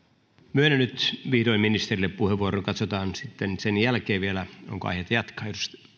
myönnän nyt vihdoin ministerille puheenvuoron katsotaan sitten sen jälkeen vielä onko aihetta jatkaa